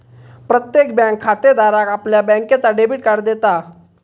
प्रत्येक बँक खातेधाराक आपल्या बँकेचा डेबिट कार्ड देता